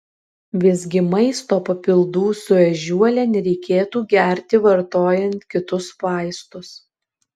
visgi maisto papildų su ežiuole nereikėtų gerti vartojant kitus vaistus